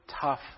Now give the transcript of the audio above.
tough